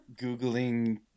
googling